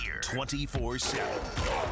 24-7